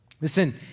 Listen